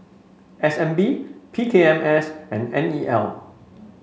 S N B P K M S and N E L